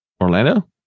Orlando